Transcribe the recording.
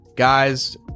Guys